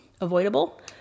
avoidable